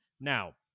Now